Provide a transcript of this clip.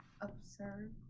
absurd